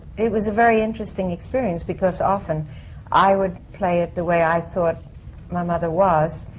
it was a very interesting experience, because often i would play it the way i thought my mother was,